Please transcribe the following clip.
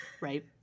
Right